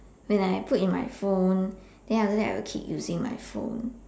when I put in my phone then after that I'll keep using my phone